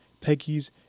Peggy's